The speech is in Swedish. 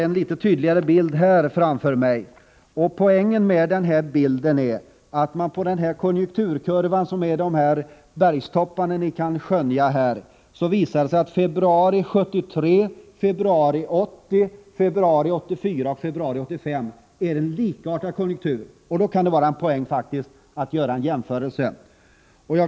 Konjunkturkurvan visar att det är likartade konjunkturer för februari 1973, februari 1980, februari 1984 och februari 1985, och då kan det alltså vara en poäng att göra en jämförelse.